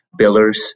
billers